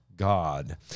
God